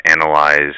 analyze